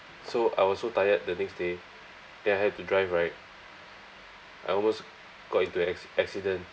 so I was so tired the next day then I had to drive right I almost got into an ac~ accident